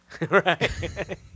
Right